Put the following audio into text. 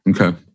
Okay